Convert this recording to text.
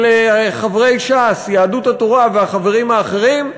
של חברי ש"ס, יהדות התורה והחברים האחרים,